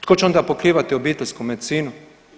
Tko će ona pokrivati obiteljsku medicinu?